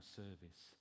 service